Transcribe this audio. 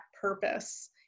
purpose